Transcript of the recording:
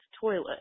toilet